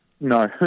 No